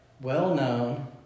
well-known